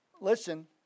listen